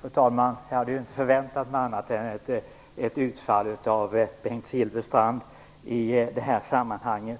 Fru talman! Jag hade inte förväntat mig annat än ett utfall av Silfverstrand i detta sammanhang.